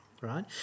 right